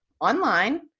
online